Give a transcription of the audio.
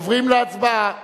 עוברים להצבעה.